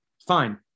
fine